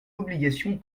obligation